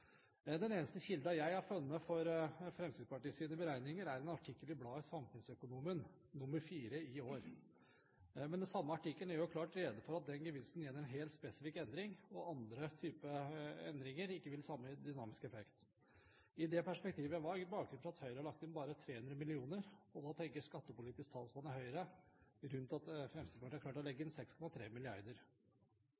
Den eneste kilden jeg har funnet for Fremskrittspartiets beregninger, er en artikkel i bladet Samfunnsøkonomen nr. 4 i år. Men den samme artikkelen gjør jo klart rede for at den gevinsten gjelder en helt spesifikk endring, og at andre typer endringer ikke vil ha samme dynamiske effekt. Hva er i det perspektivet bakgrunnen for at Høyre har lagt inn bare 300 mill. kr? Og hva tenker skattepolitisk talsmann i Høyre rundt at Fremskrittspartiet har klart å legge